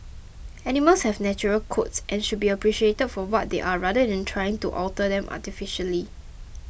animals have natural coats and should be appreciated for what they are rather than trying to alter them artificially